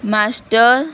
master